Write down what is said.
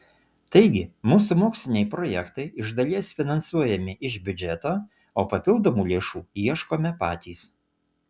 taigi mūsų moksliniai projektai iš dalies finansuojami iš biudžeto o papildomų lėšų ieškome patys